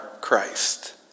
Christ